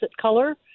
color